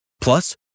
Plus